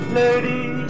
lady